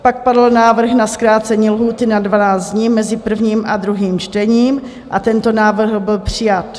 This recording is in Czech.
Pak padl návrh na zkrácení lhůty na 12 dní mezi prvním a druhým čtením a tento návrh byl přijat.